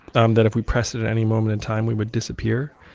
um that if we press it at any moment in time we would disappear,